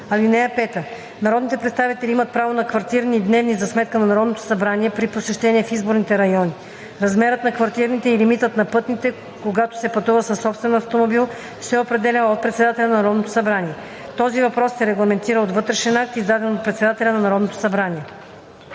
(5) Народните представители имат право на квартирни и дневни за сметка на Народното събрание при посещение в изборните райони. Размерът на квартирните и лимитът на пътните, когато се пътува със собствен автомобил, се определят от председателя на Народното събрание. Този въпрос се регламентира от вътрешен акт, издаден от председателя на Народното събрание.